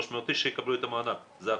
300 איש יקבלו את המענק, זה הכול.